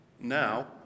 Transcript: Now